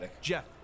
Jeff